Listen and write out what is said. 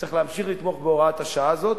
צריך להמשיך לתמוך בהוראת השעה הזאת,